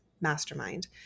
mastermind